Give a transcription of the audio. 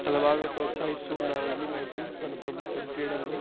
అలా బాగా ప్రోత్సహిస్తు ఉన్నారండి మనకి మన ప్రభుత్వం క్రీడలను